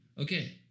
Okay